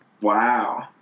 Wow